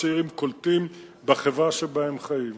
הצעירים קולטים בחברה שבה הם חיים,